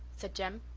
said jem.